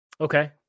Okay